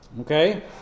Okay